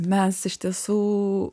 mes iš tiesų